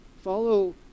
follow